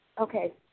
Okay